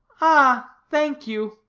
ah, thank you.